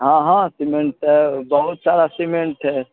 हँ हँ सिमेन्ट छै बहुत सारा सिमेन्ट छै